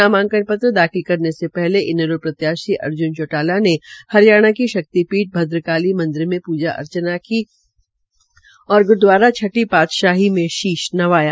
नामांकन पत्र भरने से पहले इनैलो प्रत्याशी अर्ज्न चौटाला ने हरियाणा की शक्ति पीठ भद्रकाली मंदिर मे पूजा अर्चना की और ग्रूद्वारा छठी पातशाही मे शीश नवाया